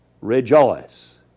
rejoice